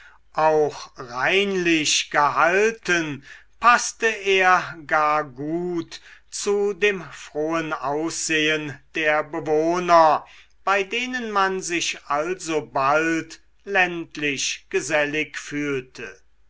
auch reinlich gehalten paßte er gar gut zu dem frohen aussehen der bewohner bei denen man sich alsobald ländlich gesellig fühlte